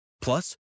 Plus